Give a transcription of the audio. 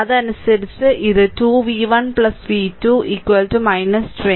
അതനുസരിച്ച് ഇത് 2 v1 v2 20